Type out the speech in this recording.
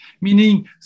Meaning